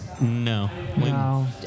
No